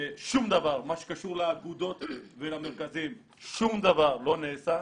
שום דבר ממה שקשור לאגודות ולמרכזים לא נעשה.